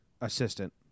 assistant